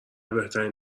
بهترین